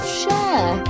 share